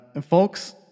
folks